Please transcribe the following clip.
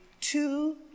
two